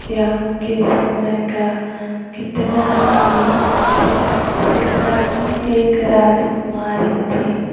क्या उनके समय का कितना ही सीता जी एक राजकुमारी थी